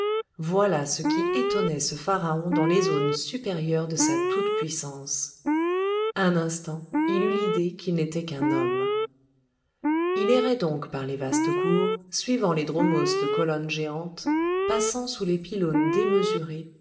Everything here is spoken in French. voilà ce qui étonnait ce pharaon dans les zones supérieures de sa toute-puissance un instant il eut l'idée qu'il n'était qu'un homme il errait donc par les vastes cours suivant les dromos de colonnes géantes passant sous les pylônes démesurés